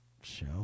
show